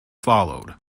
followed